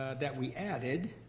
ah that we added